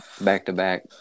back-to-back